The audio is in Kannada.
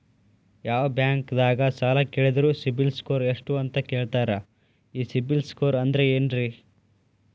ಯಾವ ಬ್ಯಾಂಕ್ ದಾಗ ಸಾಲ ಕೇಳಿದರು ಸಿಬಿಲ್ ಸ್ಕೋರ್ ಎಷ್ಟು ಅಂತ ಕೇಳತಾರ, ಈ ಸಿಬಿಲ್ ಸ್ಕೋರ್ ಅಂದ್ರೆ ಏನ್ರಿ?